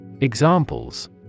Examples